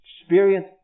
Experience